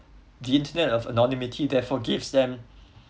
the internet of anonymity therefore gives them